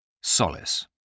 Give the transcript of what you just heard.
Solace